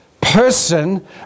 person